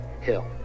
Hill